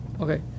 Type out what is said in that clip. Okay